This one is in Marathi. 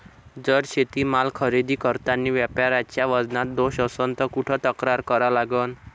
जर शेतीमाल खरेदी करतांनी व्यापाऱ्याच्या वजनात दोष असन त कुठ तक्रार करा लागन?